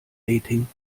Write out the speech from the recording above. dating